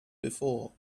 before